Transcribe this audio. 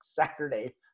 Saturday